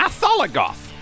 Atholagoth